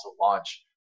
launch